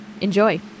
Enjoy